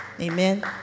Amen